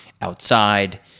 outside